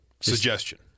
suggestion